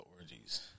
orgies